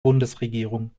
bundesregierung